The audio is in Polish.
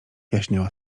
jaśniała